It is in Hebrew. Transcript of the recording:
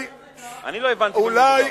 אני לא הבנתי במי מדובר.